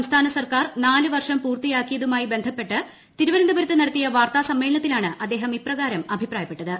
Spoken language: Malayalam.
സംസ്ഥാന സർക്കാർ നാല് വർഷം പൂർത്തിയാക്കിയതുമായി ബന്ധപ്പെട്ട് തിരുവനന്തപുരത്ത് നടത്തിയി പ്രവാർത്താസമ്മേളനത്തിലാണ് അദ്ദേഹം ഇപ്രകാരം അഭിപ്രായപ്പെട്ടത്